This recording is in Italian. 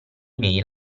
mail